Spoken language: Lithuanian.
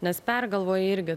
nes pergalvoji irgi